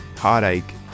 heartache